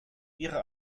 ihre